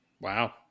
Wow